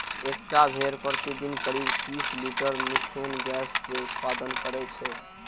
एकटा भेड़ प्रतिदिन करीब तीस लीटर मिथेन गैस के उत्पादन करै छै